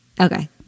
Okay